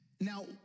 Now